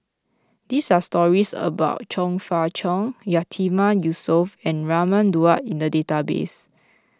these are stories about Chong Fah Cheong Yatiman Yusof and Raman Daud in the database